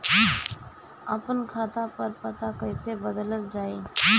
आपन खाता पर पता कईसे बदलल जाई?